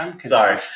Sorry